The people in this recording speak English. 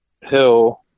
hill